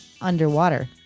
underwater